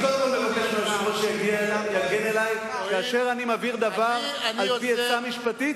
אני מבקש מהיושב-ראש שיגן עלי כאשר אני מבהיר דבר על-פי עצה משפטית,